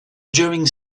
during